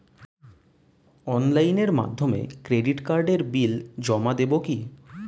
অনলাইনের মাধ্যমে ক্রেডিট কার্ডের বিল জমা দেবো কি?